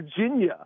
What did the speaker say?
Virginia